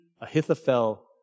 Ahithophel